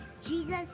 Jesus